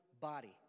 body